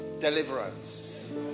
deliverance